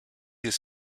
his